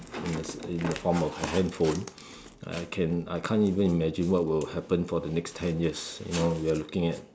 in a in a form of a handphone I can I can't even imagine what will happen for the next ten years you know we are looking at